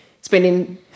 spending